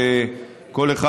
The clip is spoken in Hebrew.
שכל אחד,